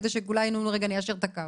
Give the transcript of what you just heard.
כדי שאולי רגע ניישר את הקו.